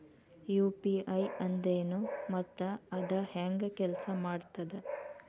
UPI ಅಂದ್ರೆನು ಮತ್ತ ಅದ ಹೆಂಗ ಕೆಲ್ಸ ಮಾಡ್ತದ